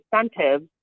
incentives